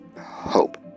hope